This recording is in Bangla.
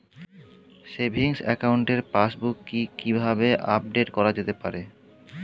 সেভিংস একাউন্টের পাসবুক কি কিভাবে আপডেট করা যেতে পারে?